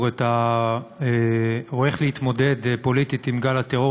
או איך להתמודד פוליטית עם גל הטרור,